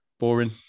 boring